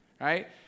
right